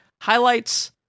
highlights